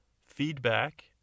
feedback